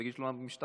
תגיש תלונה במשטרה.